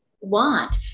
want